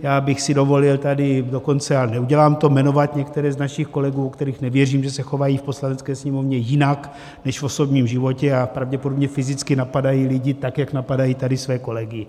Já bych si dovolil tady dokonce, ale neudělám to, jmenovat některé z našich kolegů, o kterých nevěřím, že se chovají v Poslanecké sněmovně jinak než v osobním životě, a pravděpodobně fyzicky napadají lidi tak, jak napadají tady své kolegy.